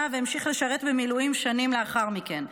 והמשיך לשרת במילואים שנים לאחר מכן.